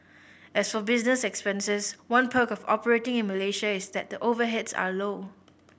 as for business expenses one perk of operating in Malaysia is that the overheads are low